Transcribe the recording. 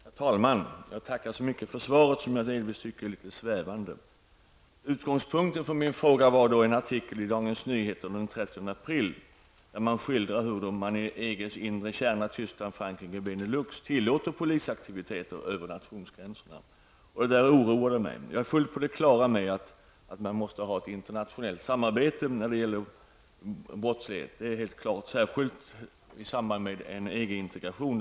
Herr talman! Jag tackar så mycket för svaret, som jag tycker delvis är litet svävande. Utgångspunkten för min fråga var en artikel i Dagens Nyheter från den 13 april, där det skildras hur man i EGs inre kärna -- Tyskland, Frankrike, Benelux -- tillåter polisaktiviteter över nationsgränserna. Artikeln oroade mig. Jag är fullt på det klara med att man måste ha ett internationellt samarbete i fråga om brottslighet, särskilt i samband med en EG intregration.